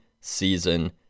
season